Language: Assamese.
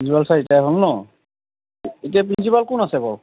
প্ৰিঞ্চিপাল ছাৰ ৰিটায়াৰ হল নহ্ এতিয়া প্ৰিঞ্চিপাল কোন আছে বাৰু